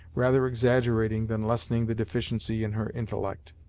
rather exaggerating than lessening the deficiency in her intellect,